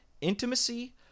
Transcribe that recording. intimacy